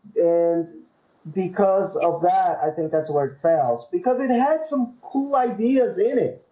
and because of that i think that's where it fails because it had some cool ideas in it,